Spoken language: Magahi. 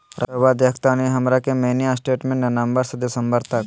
रहुआ देखतानी हमरा के मिनी स्टेटमेंट नवंबर से दिसंबर तक?